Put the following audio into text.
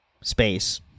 space